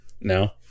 No